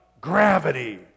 gravity